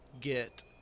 get